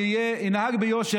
אני אנהג ביושר,